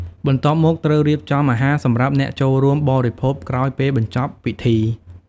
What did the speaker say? បន្ទាប់មកត្រូវរៀបចំអាហារសម្រាប់អ្នកចូលរួមបរិភោគក្រោយពេលបញ្ចប់ពិធី។